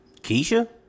Keisha